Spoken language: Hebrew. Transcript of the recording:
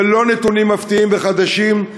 אלה לא נתונים מפתיעים וחדשים,